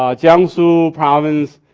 um jiangsu province,